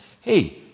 Hey